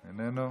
איננו.